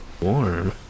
Warm